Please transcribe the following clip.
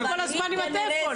ואני חושבת שאתה צודק מאה אחוז.